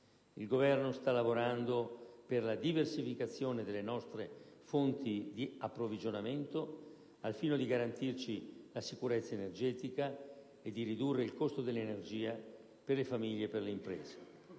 Il Governo sta lavorando per la diversificazione delle nostre fonti di approvvigionamento al fine di garantirci la sicurezza energetica e di ridurre il costo dell'energia per le famiglie e per le imprese.